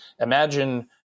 imagine